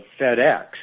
FedEx